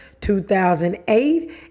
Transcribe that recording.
2008